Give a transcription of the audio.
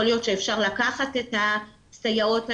יכול להיות שאפשר לקחת את הסייעות האלה,